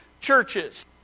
churches